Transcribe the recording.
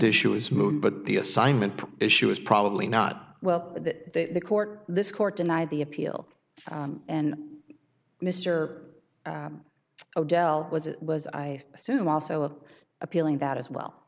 issue is moot but the assignment issue is probably not well that the court this court denied the appeal and mister o'dell was it was i assume also appealing that as well